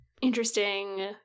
interesting